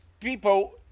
People